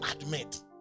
admit